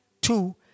Two